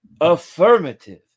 affirmative